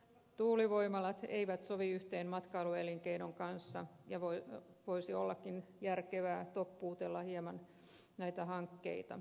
tuulivoimalat eivät sovi yhteen matkailuelinkeinon kanssa ja voisi ollakin järkevää toppuutella hieman näitä hankkeita